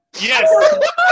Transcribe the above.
Yes